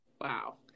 Wow